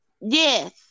Yes